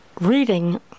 reading